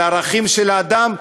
על הערכים של האדם,